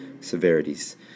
severities